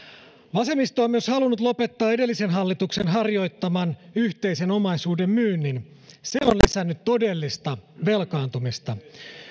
vasemmisto on myös halunnut lopettaa edellisen hallituksen harjoittaman yhteisen omaisuuden myynnin se on lisännyt todellista velkaantumista